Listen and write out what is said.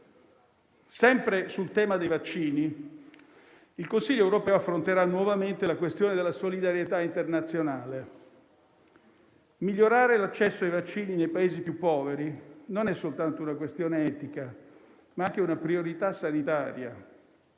Sempre sul tema dei vaccini, il Consiglio europeo affronterà nuovamente la questione della solidarietà internazionale: migliorare l'accesso ai vaccini nei Paesi più poveri non è soltanto una questione etica, ma anche una priorità sanitaria.